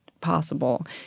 possible